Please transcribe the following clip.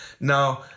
Now